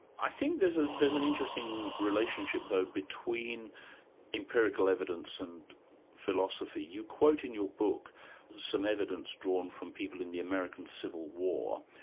i think there's ah there's an interesting relationship, though, between empirical evidence and philosophy. you quote in your book evidence drawn from people in the american civil war,